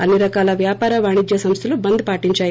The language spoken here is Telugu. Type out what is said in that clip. అన్ని రకాల వ్యాపార వాణిజ్య సంస్థలు బంద్ పాటిందాయి